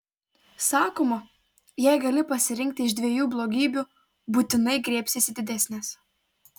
sakoma jei gali pasirinkti iš dviejų blogybių būtinai griebsiesi didesnės